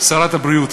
שרת הבריאות,